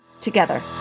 together